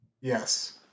Yes